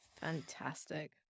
fantastic